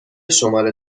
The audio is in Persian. شماره